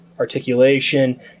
Articulation